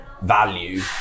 value